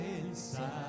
inside